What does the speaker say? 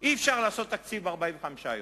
אי-אפשר לעשות תקציב ב-45 יום.